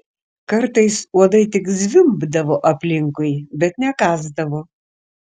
kartais uodai tik zvimbdavo aplinkui bet nekąsdavo